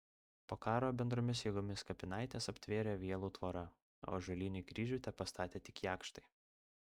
po karo bendromis jėgomis kapinaites aptvėrė vielų tvora o ąžuolinį kryžių tepastatė tik jakštai